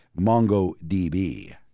MongoDB